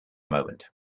moment